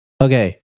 okay